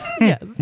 Yes